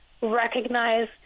Recognize